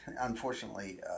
unfortunately